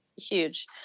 huge